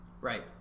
Right